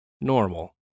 Normal